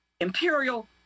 Imperial